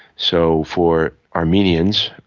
so for armenians,